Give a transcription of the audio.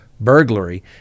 burglary